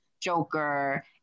Joker